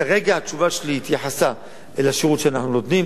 כרגע התשובה שלי התייחסה לשירות שאנחנו נותנים.